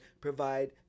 provide